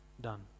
done